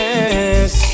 Yes